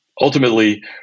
Ultimately